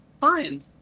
Fine